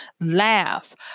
laugh